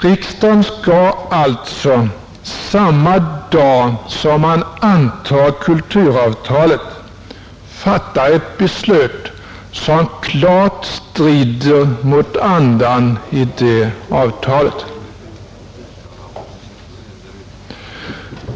Riksdagen skall alltså samma dag som man antar kulturavtalet fatta ett beslut som klart strider mot andan i det avtalet.